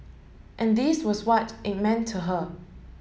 and this was what it meant to her